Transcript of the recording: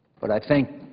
but i think,